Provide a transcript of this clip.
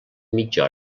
mitja